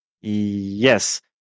Yes